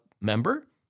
member